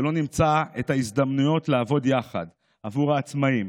שלא נמצא את ההזדמנויות לעבוד יחד בעבור העצמאים,